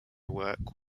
work